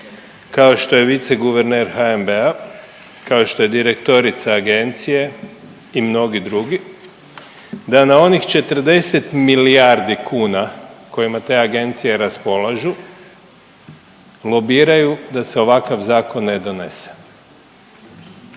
kao što je viceguverner HNB-a, kao što je direktorica agencije i mnogi drugi da na onih 40 milijardi kuna kojima te agencije raspolažu lobiraju da se ovakav zakon ne donese?